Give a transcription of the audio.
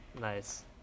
Nice